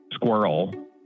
Squirrel